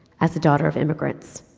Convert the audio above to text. as a daughter of immigrants,